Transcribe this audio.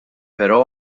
pero